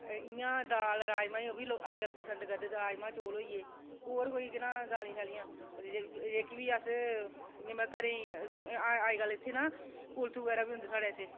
इ'यां दाल राजमांह् ओह्बी अजकल पसंद करदे राजमांह् चौल होई गे होर कोई ना दालीं जेह्की बी अस घरै ई अजकल इत्थै ना कुल्थ बगैरा बी होंदे साढ़े इत्थै